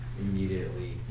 immediately